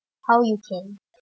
how you can